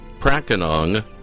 Prakanong